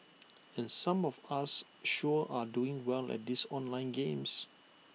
and some of us sure are doing well at these online games